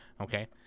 okay